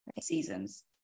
seasons